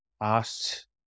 asked